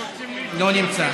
לא נמצא,